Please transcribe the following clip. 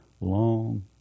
long